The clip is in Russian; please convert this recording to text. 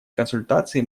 консультации